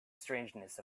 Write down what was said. strangeness